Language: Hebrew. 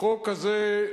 החוק הזה,